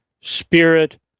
spirit